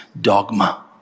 dogma